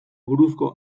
buruzko